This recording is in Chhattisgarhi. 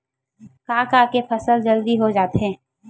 का का के फसल जल्दी हो जाथे?